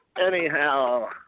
anyhow